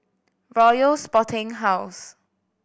Royal Sporting House